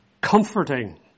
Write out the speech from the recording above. comforting